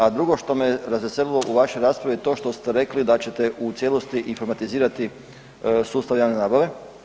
A drugo što me razveselilo u vašoj raspravi to što ste rekli da ćete u cijelosti informatizirati sustav javne nabave.